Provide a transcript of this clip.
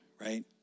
right